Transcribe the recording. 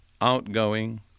outgoing